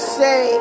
say